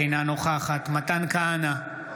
אינה נוכחת מתן כהנא,